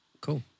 cool